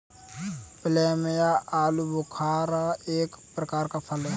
plum या आलूबुखारा एक प्रकार का फल है